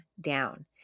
down